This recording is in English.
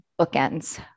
bookends